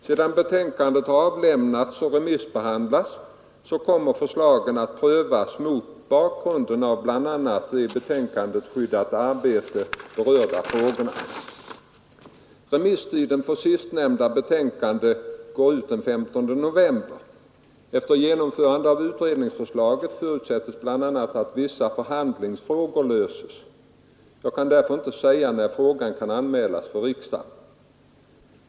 Sedan betänkandet har avlämnats och remissbehandlats kommer förslagen att prövas mot bakgrund av bl.a. de i betänkandet Skyddat arbete berörda frågorna. Remisstiden för sistnämnda betänkande går ut den 15 november. Ett genomförande av utredningsförslaget förutsätter bl.a. att vissa förhandlingsfrågor löses. Jag kan därför inte säga när frågan kan anmälas för riksdagen.